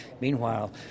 Meanwhile